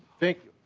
thank